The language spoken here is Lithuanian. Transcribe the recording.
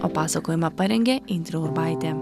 o pasakojimą parengė indrė urbaitė